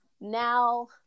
now